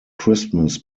christmas